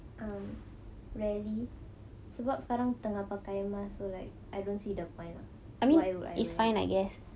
err rarely sebab sekarang tengah pakai mask so like I don't see the sun why would I wear